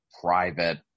private